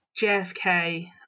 JFK